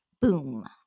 Boom